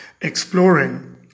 exploring